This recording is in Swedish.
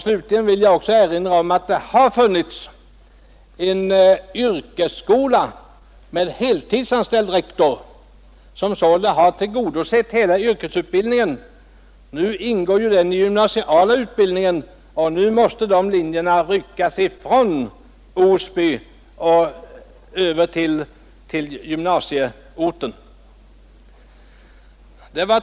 Slutligen vill jag erinra om att det har funnits en yrkesskola, med heltidsanställd rektor, som sålunda har tillgodosett hela yrkesutbildningen. Nu ingår ju yrkesskolan i den gymnasiala utbildningen, och därför måste de linjerna ryckas ifrån Osby och föras över till gymnasieorten.